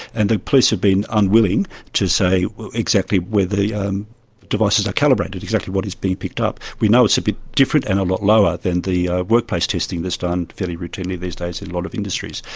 and the police have been unwilling to say exactly where the devices are calibrated, exactly what is being picked up. we know it's a bit different and a lot lower than the workplace testing that's done fairly routinely these days in a lot of industries.